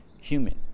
human